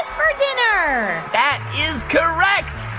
for dinner that is correct.